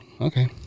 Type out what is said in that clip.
okay